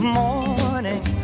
morning